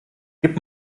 gib